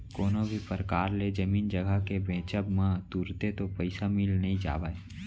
कोनो भी परकार ले जमीन जघा के बेंचब म तुरते तो पइसा मिल नइ जावय